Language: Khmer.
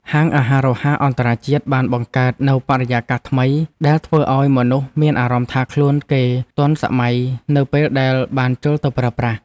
ហាងអាហាររហ័សអន្តរជាតិបានបង្កើតនូវបរិយាកាសថ្មីដែលធ្វើឲ្យមនុស្សមានអារម្មណ៍ថាខ្លួនគេទាន់សម័យនៅពេលដែលបាន ចូលទៅប្រើប្រាស់។